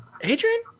Adrian